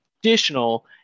additional